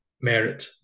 merit